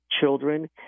children